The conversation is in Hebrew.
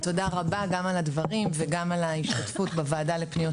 תודה רבה גם על הדברים וגם על ההשתתפות בוועדה לפניות